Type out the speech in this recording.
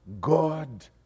God